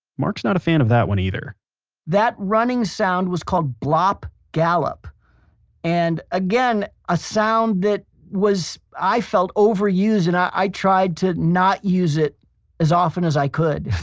mark's not a fan of that one either that running sound was called blop gallop and again a sound that was i felt overused and i tried to not use it as often as i could.